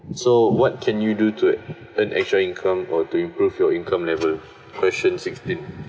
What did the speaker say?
so what can you do to earn extra income or to improve your income level question sixteen